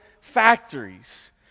factories